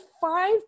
five